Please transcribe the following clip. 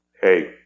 Hey